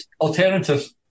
alternative